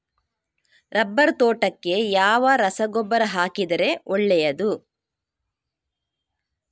Rubber ತೋಟಕ್ಕೆ ಯಾವ ರಸಗೊಬ್ಬರ ಹಾಕಿದರೆ ಒಳ್ಳೆಯದು?